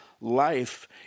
life